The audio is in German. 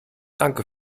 danke